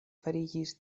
fariĝis